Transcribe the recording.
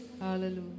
Hallelujah